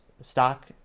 stock